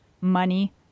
money